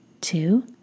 two